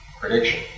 prediction